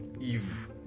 Eve